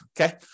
okay